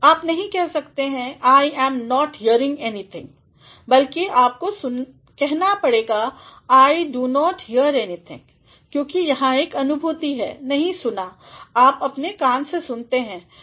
आप नही कह सकते हैं I am not hearing anything बल्कि आपको कहना पड़ेगा I do not hear anything क्योंकि यहाँ एक अनुभूति है नहीं सुना आप अपने कान से सुनते हैं